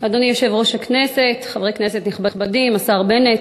אדוני היושב-ראש, חברי כנסת נכבדים, השר בנט,